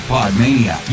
Podmania